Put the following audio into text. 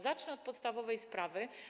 Zacznę od podstawowej sprawy.